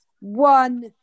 one